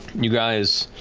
you guys